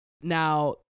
now